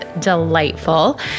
delightful